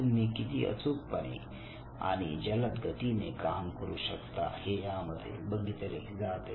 तुम्ही किती अचूकपणे आणि जलद गतीने काम काम करू शकता हे यामध्ये बघितले जाते